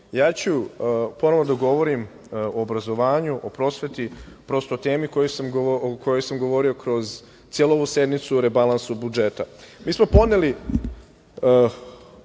ću ponovo da govorim o obrazovanju, o prosveti, prosto o temi o kojoj sam govorio kroz celu ovu sednicu o rebalansu budžeta. Mi smo podneli